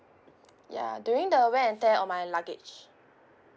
ya during the wear and tear on my luggage